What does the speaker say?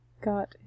got